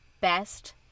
best